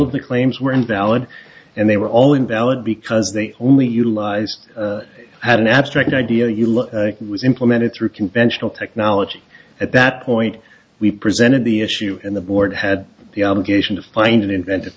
of the claims were invalid and they were all invalid because they only utilized had an abstract idea you looked was implemented through conventional technology at that point we presented the issue and the board had the obligation to find an inventive